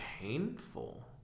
painful